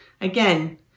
again